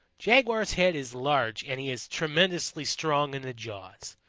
jaguar's head is large and he is tremendously strong in the jaws.